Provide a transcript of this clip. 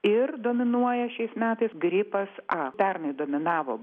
ir dominuoja šiais metais gripas a pernai dominavo